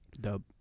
dub